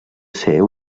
ser